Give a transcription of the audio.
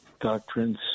doctrines